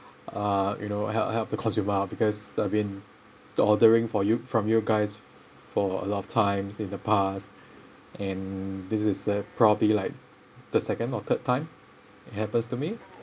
uh you know help help the consumer out because I mean I ordering for you from your guys for a lot of times in the past and this is the probably like the second or third time it happens to me